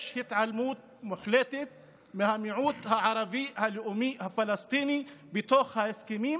יש התעלמות מוחלטת מהמיעוט הערבי הלאומי הפלסטיני בתוך ההסכמים.